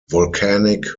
volcanic